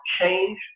change